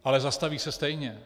Ale zastaví se stejně.